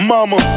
Mama